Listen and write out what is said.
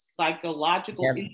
psychological